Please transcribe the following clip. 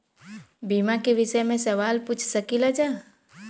बीमा के विषय मे सवाल पूछ सकीलाजा?